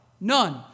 None